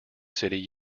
city